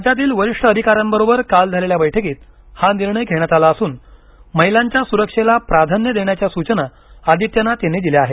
राज्यातील वरिष्ठ अधिकाऱ्यांबरोबर काल झालेल्या बैठकीत हा निर्णय घेण्यात आला असून महिलांच्या सुरक्षेला प्राधान्य देण्याच्या सूचना आदित्यनाथ यांनी दिल्या आहेत